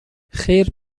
خیر